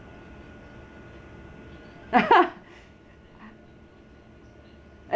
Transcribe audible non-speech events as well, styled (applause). (laughs)